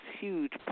huge